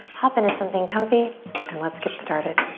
hop into something comfy and let's get started.